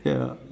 ya